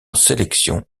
sélection